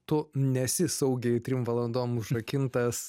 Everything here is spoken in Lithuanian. tu nesi saugiai trim valandom užrakintas